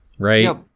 Right